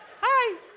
Hi